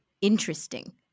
interesting